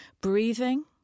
Breathing